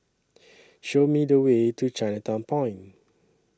Show Me The Way to Chinatown Point